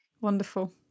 Wonderful